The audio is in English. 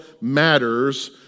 matters